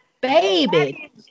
baby